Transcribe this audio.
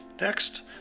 Next